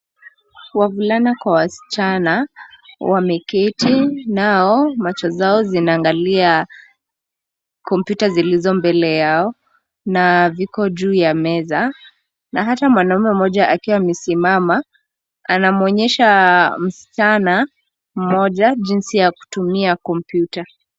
Wavulana kwa wasichana wameketi nao macho zao zinaangalia kompyuta zilizo mbele yao na viko juu ya meza, na hata mwanaume mmoja akiwa amesimama anamuonyesha msichana mmoja jinsi ya kutumia kompyuta.